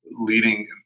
leading